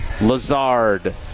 Lazard